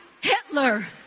Hitler